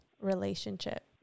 relationship